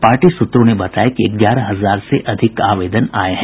party सूत्रों ने बताया कि ग्यारह हजार से अधिक आवेदन आये हैं